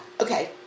Okay